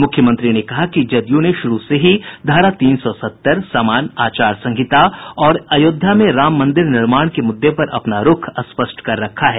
मुख्यमंत्री ने कहा कि जदयू ने शुरू से ही धारा तीन सौ सत्तर समान आचार संहिता और अयोध्या में राम मंदिर निर्माण के मुद्दे पर अपना रूख स्पष्ट कर रखा है